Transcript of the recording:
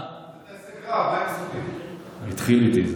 טייסי קרב, התחיל איתי זה.